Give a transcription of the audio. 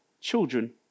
children